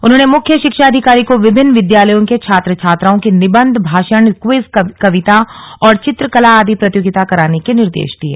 उन्होंने मुख्य शिक्षा अधिकारी को विभिन्न विद्यालयों के छात्र छात्राओं की निबंध भाषण क्विज कविता और चित्रकला आदि प्रतियोगिता कराने के निर्देश दिये